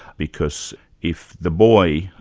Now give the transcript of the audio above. because if the boy,